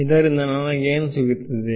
ಇದರಿಂದ ನನಗೆ ಏನು ಸಿಗುತ್ತದೆ